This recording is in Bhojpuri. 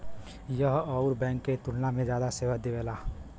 यह अउर बैंक के तुलना में जादा सेवा देवेला